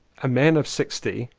a man of sixty,